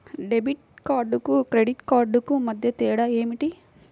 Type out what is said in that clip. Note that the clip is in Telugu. డెబిట్ కార్డుకు క్రెడిట్ క్రెడిట్ కార్డుకు మధ్య తేడా ఏమిటీ?